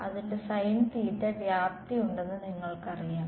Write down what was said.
അതിന്റെ വ്യാപ്തിയുണ്ടെന്ന് നിങ്ങൾക്കറിയാം